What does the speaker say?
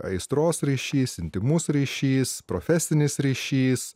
aistros ryšys intymus ryšys profesinis ryšys